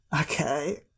okay